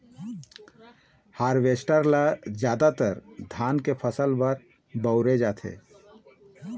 harvester ल जादातर धान के फसल बर बउरे जाथे